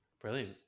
Brilliant